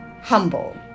humble